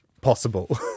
possible